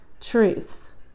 truth